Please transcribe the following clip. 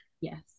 Yes